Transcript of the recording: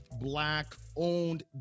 Black-owned